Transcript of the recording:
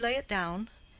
did you lay it down?